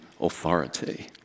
authority